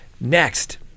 Next